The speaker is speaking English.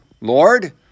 Lord